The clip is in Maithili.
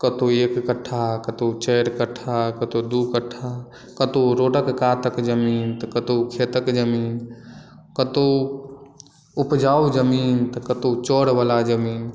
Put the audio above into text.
कतौ एक कट्ठा कतौ चारि कट्ठा कतौ दू कट्ठा कतौ रोडक कात के जमीन तऽ कतौ खेतक जमीन कतौ उपजाउ जमीन तऽ कतौ चौर बला जमीन